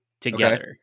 together